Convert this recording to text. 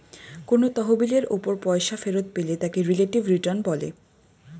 কোন তহবিলের উপর পয়সা ফেরত পেলে তাকে রিলেটিভ রিটার্ন বলে